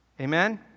Amen